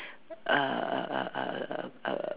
uh uh uh uh uh uh